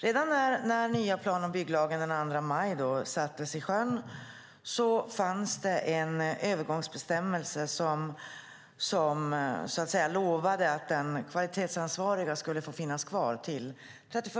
Redan när den nya plan och bygglagen sattes i sjön den 2 maj fanns det en övergångsbestämmelse som, så att säga, lovade att den kvalitetsansvariga skulle få finnas kvar till den 31